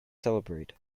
celebrate